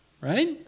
right